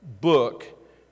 book